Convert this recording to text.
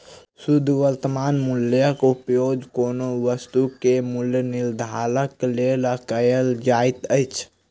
शुद्ध वर्त्तमान मूल्यक उपयोग कोनो वस्तु के मूल्य निर्धारणक लेल कयल जाइत अछि